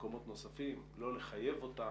מקומות נוספים, לא לחייב אותה,